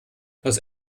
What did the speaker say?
los